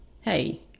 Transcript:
hey